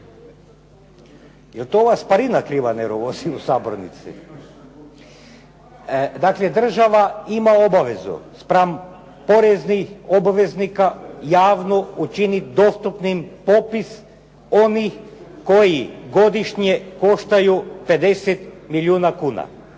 li to ova sparina kriva nervozi u Sabornici? Dakle, država ima obavezu spram poreznih obveznika javno učiniti dostupnim popis onih koji godišnje koštaju 50 milijuna kuna.